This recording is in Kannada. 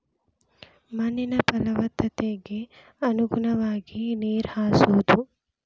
ಮಣ್ಣಿನ ಪಲವತ್ತತೆಗೆ ಅನುಗುಣವಾಗಿ ನೇರ ಹಾಸುದು